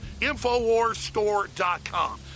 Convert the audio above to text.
InfoWarsStore.com